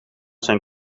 zijn